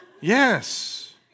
Yes